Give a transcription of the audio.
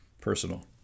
personal